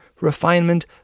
refinement